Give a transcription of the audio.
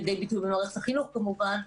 בכל מה שבא לידי ביטוי במערכת החינוך כמובן.